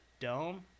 dome